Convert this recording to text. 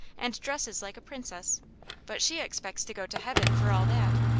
and dresses like a prin cess but she expects to go to heaven for all that.